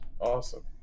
Awesome